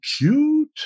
cute